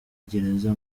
gereza